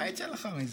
מה יצא לך מזה?